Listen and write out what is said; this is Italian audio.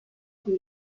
più